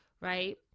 right